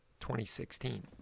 2016